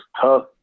tough